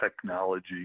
technology